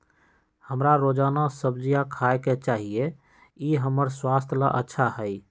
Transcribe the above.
हमरा रोजाना सब्जिया खाय के चाहिए ई हमर स्वास्थ्य ला अच्छा हई